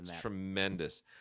tremendous